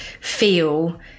feel